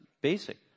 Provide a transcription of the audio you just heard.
basic